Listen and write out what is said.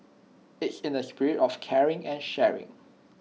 it's in the spirit of caring and sharing